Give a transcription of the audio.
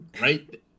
right